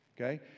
Okay